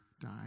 die